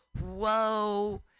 whoa